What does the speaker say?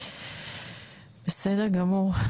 בסדר גמור.